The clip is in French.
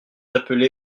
appelé